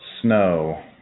Snow